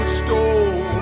stole